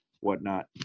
whatnot